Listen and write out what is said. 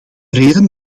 reden